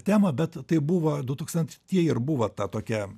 temą bet tai buvo dutūkstantieji ir buvo ta tokia